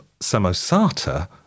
Samosata